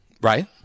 Right